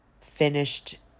finished